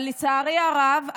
אבל לצערי הרב,